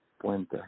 Puente